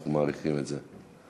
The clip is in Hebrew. אנחנו מעריכים את זה.